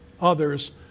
others